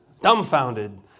Dumbfounded